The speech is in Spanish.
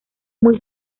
muy